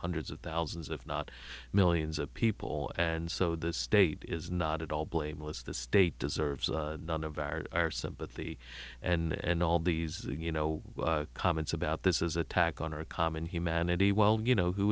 hundreds of thousands if not millions of people and so the state is not at all blameless the state deserves none of our sympathy and all these you know comments about this is attack on our common humanity well you know who